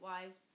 Wise